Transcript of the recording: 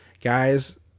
guys